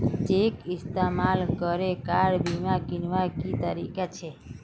Cheque इस्तेमाल करे car बीमा कीन्वार की तरीका छे?